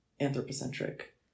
anthropocentric